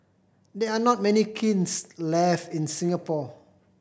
there are not many kilns left in Singapore